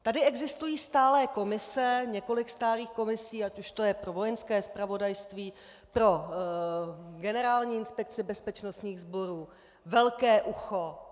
Tady existují stálé komise, několik stálých komisí, ať už to je pro Vojenské zpravodajství, pro Generální inspekci bezpečnostních sborů, velké ucho.